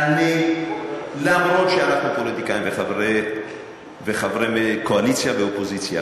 אומנם אנחנו פוליטיקאים וחברי קואליציה ואופוזיציה,